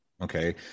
Okay